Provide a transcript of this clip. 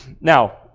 Now